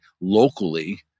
locally